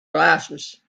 glasses